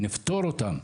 נפתור אותם,